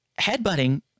headbutting